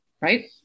right